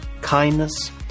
kindness